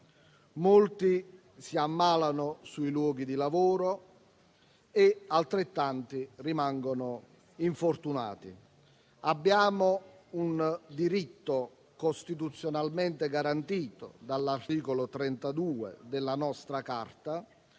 molti si ammalano sui luoghi di lavoro e altrettanti rimangono infortunati. Abbiamo un diritto costituzionalmente garantito dall'articolo 32 della nostra Carta,